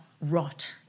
rot